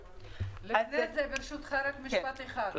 רשימת האיחוד הערבי): ברשותך רק משפט אחד,